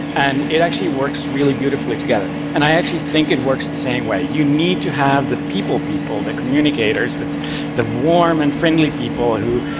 and it actually works really beautifully together. and i actually think it works the same way. you need to have the people-people, the communicators, the the warm and friendly people who